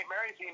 Mary's